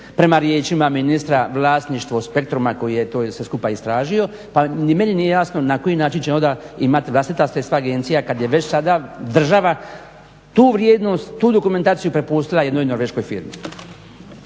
prema riječima ministra vlasništvo Spectruma koji je to sve skupa istražio pa ni meni nije jasno na koji način će onda imati vlastita sredstva agencija kad je već sada država tu vrijednost, tu dokumentaciju prepustila jednoj norveškoj firmi.